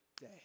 day